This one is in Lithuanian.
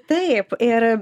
taip ir